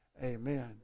amen